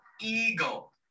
eagle